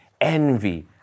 envy